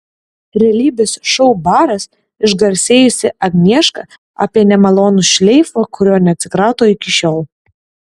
realybės šou baras išgarsėjusi agnieška apie nemalonų šleifą kurio neatsikrato iki šiol